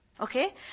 Okay